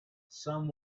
some